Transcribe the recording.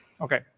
okay